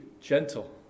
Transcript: gentle